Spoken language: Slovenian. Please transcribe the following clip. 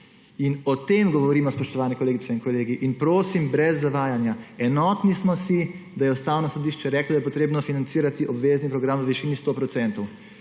In o tem govorimo, spoštovani kolegice in kolegi, in prosim brez zavajanja. Enotni smo si, da je Ustavno sodišče reklo, da je potrebno financirati obvezni program v višini 100 %.